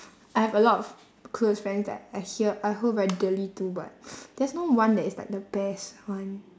I have a lot of close friends that I hear I hold very dearly to but there's no one that is like the best one